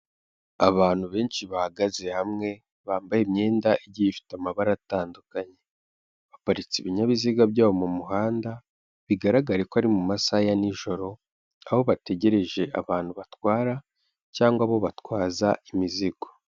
Abantu benshi bahagaze hamwe, bambaye imyenda igiye ifite amabara atandukanye, baparitse ibinyabiziga byabo mu muhanda bigaragare ko ari mu masaha ya nijoro, aho bategereje abantu batwara, cyangwa abo batwaza imizigo.